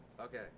Okay